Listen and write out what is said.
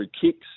kicks